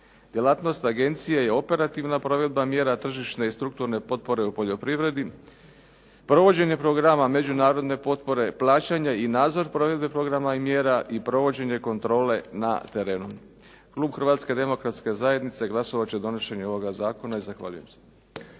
Djelatnost agencije je operativna provedba mjera tržišne i strukturne potpore u poljoprivredi, provođenje programa međunarodne potpore, plaćanje i nadzor provedbe programa i mjera i provođenje kontrole na terenu. Klub Hrvatske demokratske zajednice glasovat će za donošenje ovoga zakona. Zahvaljujem.